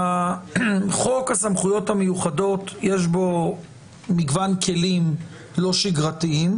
חוק הסמכויות המיוחדות יש בו מגוון כלים לא שגרתיים,